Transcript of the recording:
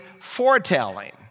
foretelling